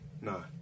No